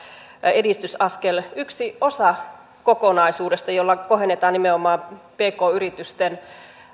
edistysaskel yksi osa kokonaisuudesta jolla kohennetaan nimenomaan pk yritysten